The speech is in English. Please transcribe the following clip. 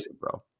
bro